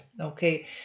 okay